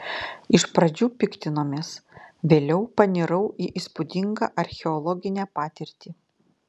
iš pradžių piktinomės vėliau panirau į įspūdingą archeologinę patirtį